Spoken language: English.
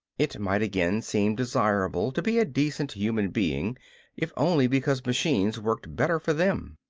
it might again seem desirable to be a decent human being if only because machines worked better for them.